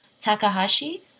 Takahashi